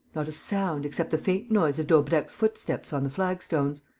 not a sound, except the faint noise of daubrecq's footsteps on the flagstones.